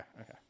okay